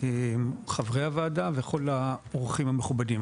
חברי הוועדה וכול האורחים המכובדים.